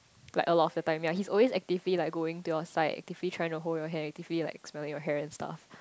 like a lot of the time ya he's always actively like going to your side actively trying to hold your hand actively like smelling your hair and stuff